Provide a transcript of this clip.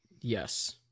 Yes